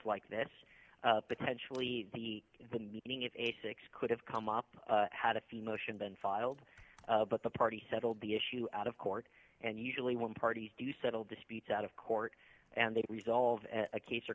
like this potentially the the meeting is a six could have come up had a few motion been filed but the party settled the issue out of court and usually when parties do settle disputes out of court and they resolve a case o